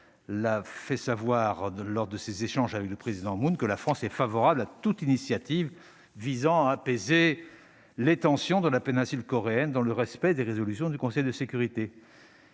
l'a fait savoir lors d'échanges avec le président Moon Jae-in, la France est favorable à toute initiative visant à apaiser les tensions dans la péninsule coréenne, dans le respect des résolutions du Conseil de sécurité.